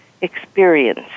experience